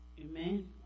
Amen